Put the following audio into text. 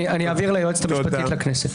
אני אעביר ליועצת המשפטית לכנסת.